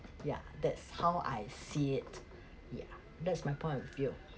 ya that's how I see it yeah that's my point of view